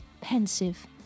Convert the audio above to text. pensive